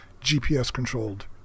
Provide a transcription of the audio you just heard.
GPS-controlled